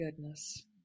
goodness